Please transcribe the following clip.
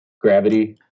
Gravity